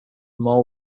more